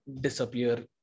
disappear